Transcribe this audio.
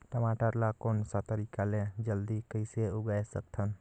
टमाटर ला कोन सा तरीका ले जल्दी कइसे उगाय सकथन?